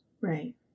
Right